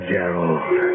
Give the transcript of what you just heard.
Gerald